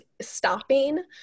stopping